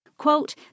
Quote